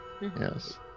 Yes